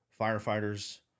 firefighters